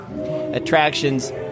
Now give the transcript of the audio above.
attractions